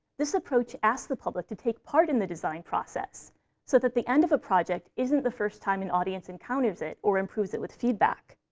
this approach asks the public to take part in the design process so that the end of a project isn't the first time an audience encounters it or improves it with feedback.